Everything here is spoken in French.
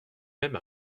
même